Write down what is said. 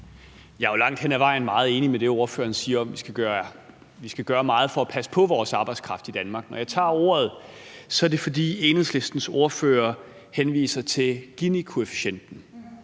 Jeg er jo langt hen ad vejen meget enig i det, ordføreren siger, om, at vi skal gøre meget for at passe på vores arbejdskraft i Danmark. Når jeg tager ordet, er det, fordi Enhedslistens ordfører henviser til Ginikoefficienten.